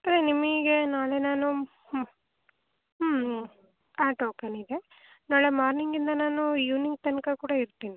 ತ್ರೆ ನಿಮಗೆ ನಾಳೆ ನಾನು ಹ್ಞೂ ಹ್ಞೂ ಆ ಟೋಕನಿದೆ ನಾಳೆ ಮಾರ್ನಿಂಗಿಂದ ನಾನು ಇವ್ನಿಂಗ್ ತನಕ ಕೂಡ ಇರ್ತೀನಿ